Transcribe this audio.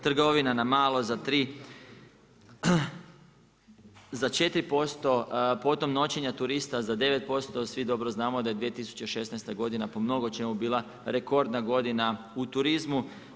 Trgovina na malo za 4%, potom noćenje turista za 9%, svi dobro znamo da je 2016. godina po mnogo čemu bila rekordna godina u turizmu.